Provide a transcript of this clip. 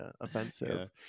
Offensive